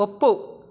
ಒಪ್ಪು